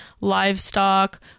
livestock